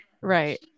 right